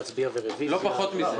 לא פחות מזה.